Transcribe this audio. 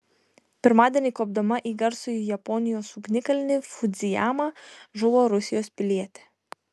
pirmadienį kopdama į garsųjį japonijos ugnikalnį fudzijamą žuvo rusijos pilietė